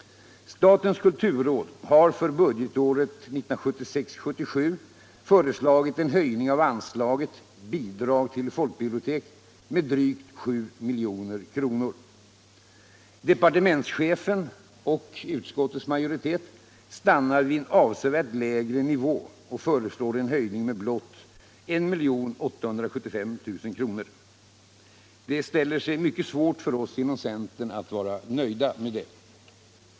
Statens kulturråd har för budgetåret 1976/77 föreslagit en höjning av anslaget Bidrag till folkbibliotek med drygt 7 milj.kr. Departementschefen — och utskottets majoritet — stannar vid en avsevärt lägre nivå och föreslår en höjning med blott 1875 000 kr. Det ställer sig mycket svårt för oss inom centern att vara nöjda med det.